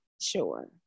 sure